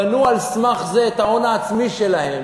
בנו על סמך זה את ההון העצמי שלהם.